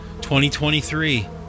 2023